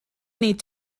need